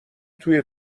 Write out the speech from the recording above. توی